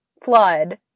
Flood